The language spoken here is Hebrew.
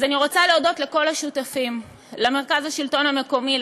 אני רוצה להודות לכל השותפים: למרכז השלטון המקומי,